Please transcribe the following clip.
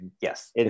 yes